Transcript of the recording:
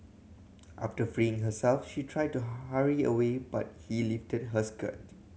after freeing herself she tried to hurry away but he lifted her skirt